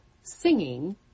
singing